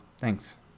Thanks